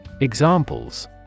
Examples